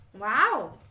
Wow